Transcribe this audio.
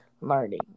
Learning